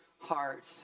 heart